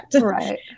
Right